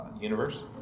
universe